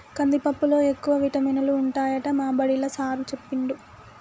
కందిపప్పులో ఎక్కువ విటమినులు ఉంటాయట మా బడిలా సారూ చెప్పిండు